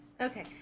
Okay